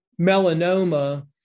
melanoma